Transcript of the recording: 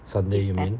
sunday